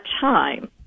time